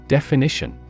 Definition